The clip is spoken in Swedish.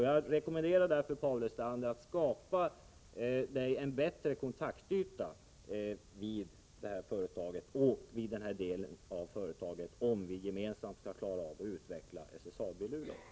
Jag rekommenderar därför Paul Lestander att skaffa sig en bättre kontaktyta vid företaget, särskilt i den här delen av företaget, om vi gemensamt skall kunna klara av att utveckla SSAB i Luleå.